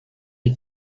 est